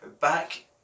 Back